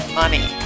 money